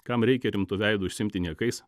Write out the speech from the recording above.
kam reikia rimtu veidu užsiimti niekais